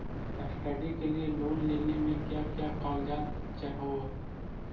Study के लिये loan लेने मे का क्या कागजात चहोये?